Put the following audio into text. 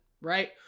right